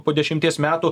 po dešimties metų